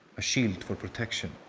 a shield for protection,